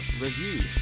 review